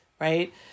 right